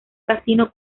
casino